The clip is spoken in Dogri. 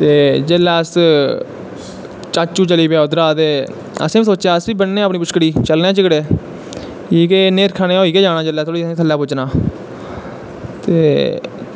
ते जिसलै अस चाचू चली पेआ उध्दरा दा ते असैं बी सोचेआ अस बी बननेआं अपनी बुछकड़ी चलने आं झिगड़े कि के नेरखा होई गै जाना जिसलै असैं खल्ल पुज्जना ते